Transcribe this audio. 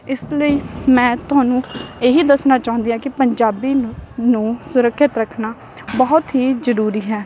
ਇਸ ਲਈ ਮੈਂ ਤੁਹਾਨੂੰ ਇਹ ਹੀ ਦੱਸਣਾ ਚਾਹੁੰਦੀ ਹਾਂ ਕਿ ਪੰਜਾਬੀ ਨੂੰ ਨੂੰ ਸੁਰੱਖਿਅਤ ਰੱਖਣਾ ਬਹੁਤ ਹੀ ਜ਼ਰੂਰੀ ਹੈ